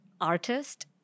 artist